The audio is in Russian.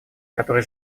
который